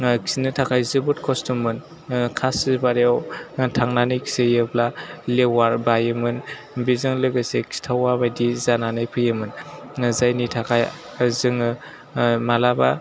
खिनो थाखाय जोबोर खस्थ'मोन खासि बारियाव थांनानै खिहैयाेब्ला लेवार बायोमोन बेजों लोगोसे खिथावा बादि जानानै फैयाेमोन जायनि थाखाय जोङाे माब्लाबा